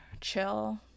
chill